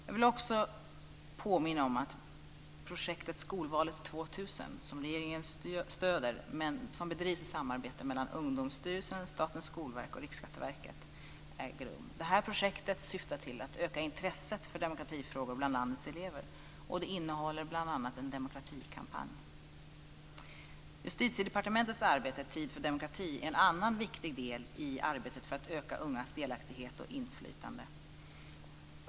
Jag vill också påminna om projektet Skolvalet 2002, som regeringen stöder, men som bedrivs i samarbete mellan Ungdomsstyrelsen, Statens skolverk och Riksskatteverket. Detta projekt syftar till att öka intresset för demokratifrågor bland landets elever, och det innehåller bl.a. en demokratikampanj. Justitiedepartementets arbete Tid för demokrati är en annan viktig del i arbetet för att öka ungas delaktighet och inflytande.